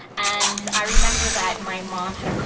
and, i remember that my mom had a co,